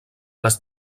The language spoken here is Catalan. les